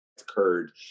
occurred